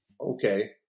okay